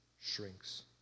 shrinks